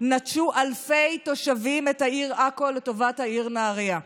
נטשו אלפי תושבים את העיר עכו לטובת העיר נהריה,